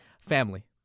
Family